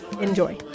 enjoy